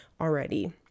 already